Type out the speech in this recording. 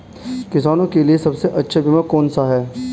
किसानों के लिए सबसे अच्छा बीमा कौन सा है?